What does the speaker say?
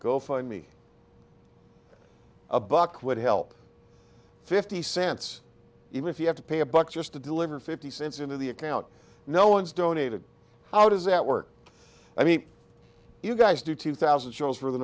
go find me a buck would help fifty cents even if you have to pay a buck just to deliver fifty cents into the account no one's donated how does that work i mean you guys do two thousand shows for the